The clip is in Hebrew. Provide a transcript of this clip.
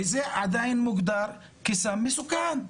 וזה עדיין מוגדר כסם מסוכן,